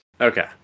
Okay